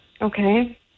Okay